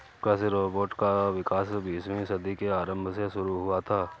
कृषि रोबोट का विकास बीसवीं सदी के आरंभ में शुरू हुआ था